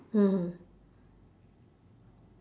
mmhmm